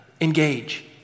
Engage